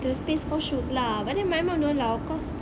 the space for shoes lah but then my mum don't allow cause